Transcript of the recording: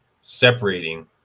separating